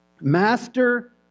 Master